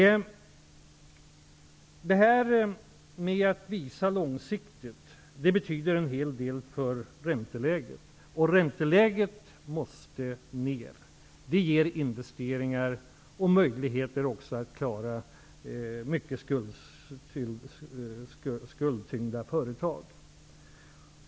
Det här med att visa långsiktigt, betyder en hel del för ränteläget. Ränteläget måste ner. Då skapas investeringar och möjligheter att klara mycket skuldtyngda företag.